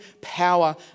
power